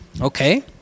Okay